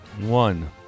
One